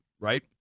right